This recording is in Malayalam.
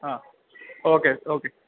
ആ ഓക്കെ ഓക്കെ